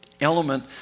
element